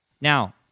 Now